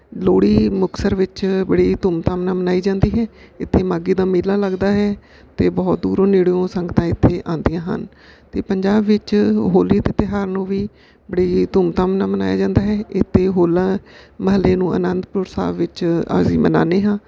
ਲੋਹੜੀ ਮੁਕਤਸਰ ਵਿੱਚ ਬੜੀ ਧੂਮਧਾਮ ਨਾਲ ਮਨਾਈ ਜਾਂਦੀ ਹੈ ਇੱਥੇ ਮਾਘੀ ਦਾ ਮੇਲਾ ਲੱਗਦਾ ਹੈ ਅਤੇ ਬਹੁਤ ਦੂਰੋਂ ਨੇੜਿਓਂ ਸੰਗਤਾਂ ਇੱਥੇ ਆਉਂਦੀਆਂ ਹਨ ਅਤੇ ਪੰਜਾਬ ਵਿੱਚ ਹੋਲੀ ਦੇ ਤਿਉਹਾਰ ਨੂੰ ਵੀ ਬੜੀ ਧੂਮਧਾਮ ਨਾਲ ਮਨਾਇਆ ਜਾਂਦਾ ਹੈ ਇੱਥੇ ਹੋਲਾ ਮਹੱਲੇ ਨੂੰ ਅਨੰਦਪੁਰ ਸਾਹਿਬ ਵਿੱਚ ਅਸੀਂ ਮਨਾਨੇ ਹਾਂ